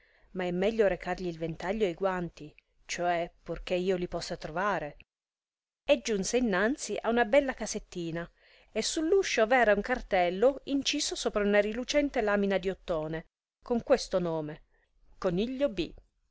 ma è meglio recargli il ventaglio e i guanti cioè purchè io li possa trovare e giunse innanzi a una bella casettina e sull'uscio v'era un cartello inciso sopra una rilucente lamina di ottone con questo nome coniglio b